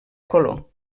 color